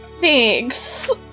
Thanks